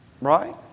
right